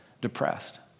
depressed